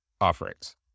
offerings